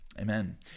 Amen